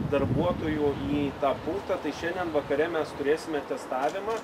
darbuotojų į tą punktą tai šiandien vakare mes turėsime testavimą